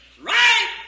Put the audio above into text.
Right